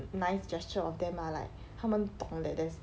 nice gesture of them ah like 他们懂 that there's